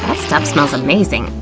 ah stuff smells amazing?